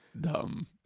dumb